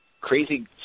crazy